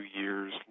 years